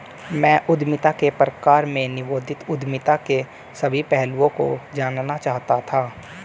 मैं उद्यमिता के प्रकार में नवोदित उद्यमिता के सभी पहलुओं को जानना चाहता था